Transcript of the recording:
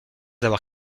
avoir